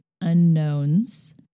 unknowns